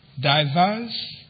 diverse